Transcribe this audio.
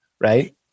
right